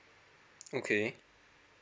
okay